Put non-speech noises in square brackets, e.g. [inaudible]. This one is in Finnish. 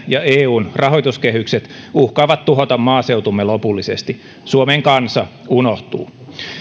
[unintelligible] ja eun rahoituskehykset uhkaavat tuhota maaseutumme lopullisesti suomen kansa unohtuu